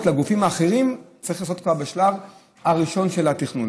לגופים האחרים צריך לעשות כבר בשלב הראשון של התכנון.